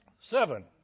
Seven